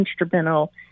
instrumental